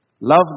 Love